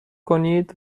کنید